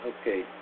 Okay